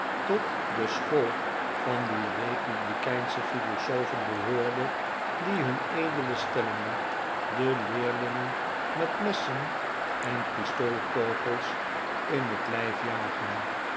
tot de school van die republikeinsche philosofen behoorde die hun edele stellingen den leerlingen met messen en pistoolkogels in het lijf jagen